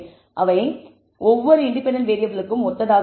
அவை ஒவ்வொரு இன்டிபெண்டண்ட் வேறியபிளுக்கும் ஒத்ததாக இருக்கும்